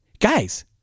Guys